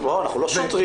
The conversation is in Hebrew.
לא, אנחנו לא שוטרים.